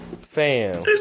Fam